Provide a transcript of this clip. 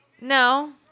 No